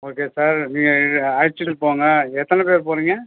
okay sir நீங்கள் அழைச்சுட்டு போங்க எத்தனை பேர் போகிறிங்க